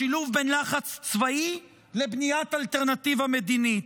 השילוב בין לחץ צבאי לבניית אלטרנטיבה מדינית.